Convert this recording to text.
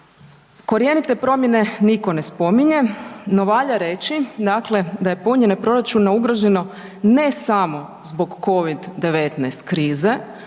Korjenite promjene nitko ne spominje no valja reći dakle da je punjenje proračuna ugroženo ne samo zbog COVID -19 krize